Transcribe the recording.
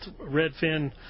redfin